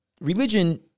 religion